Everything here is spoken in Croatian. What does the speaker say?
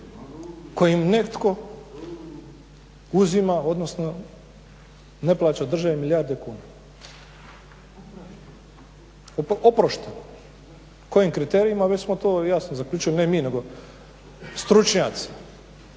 kojim netko uzima, odnosno ne plaća državi milijarde kuna. Oprošteno. Kojim kriterijima već smo to jasno zaključili, ne mi nego stručnjaci,